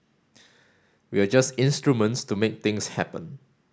we are just instruments to make things happen